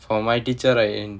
for my teacher right